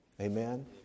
Amen